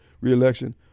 re-election